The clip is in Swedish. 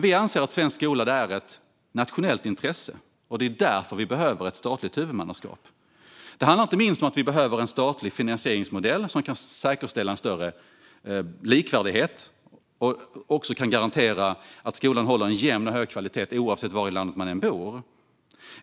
Vi anser att svensk skola är ett nationellt intresse, och därför behöver vi ett statligt huvudmannaskap. Det handlar inte minst om att vi behöver en statlig finansieringsmodell som kan säkerställa en större likvärdighet och också garantera att skolan håller en jämn och hög kvalitet oavsett var i landet man bor.